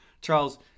Charles